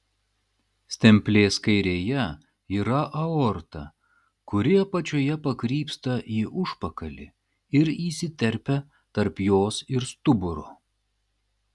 stemplės kairėje yra aorta kuri apačioje pakrypsta į užpakalį ir įsiterpia tarp jos ir stuburo